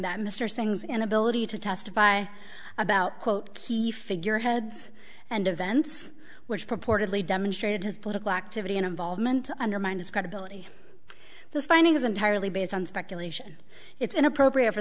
that mr singh's inability to testify about quote the figureheads and events which purportedly demonstrated his political activity and involvement to undermine his credibility those findings entirely based on speculation it's inappropriate for